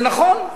זה נכון.